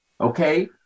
Okay